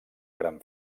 gran